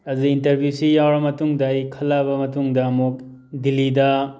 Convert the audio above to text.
ꯑꯗꯨꯗ ꯏꯟꯇꯔꯚꯤꯌꯨꯁꯤ ꯌꯥꯎꯔꯕ ꯃꯇꯨꯡꯗ ꯑꯩ ꯈꯜꯂꯛꯑꯕ ꯃꯇꯨꯡꯗ ꯑꯃꯨꯛ ꯗꯤꯜꯂꯤꯗ